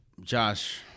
Josh